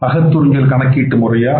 அகத்துறிஞ்சல் கணக்கீட்டு முறையா